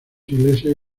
iglesias